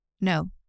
No